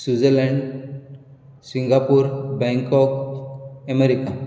Switzerland Singapore Bangkok America